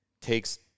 takes